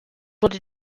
wurde